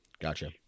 Gotcha